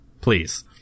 Please